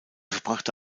verbrachte